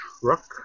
truck